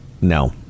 No